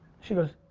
she goes,